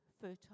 fertile